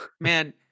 Man